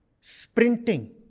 sprinting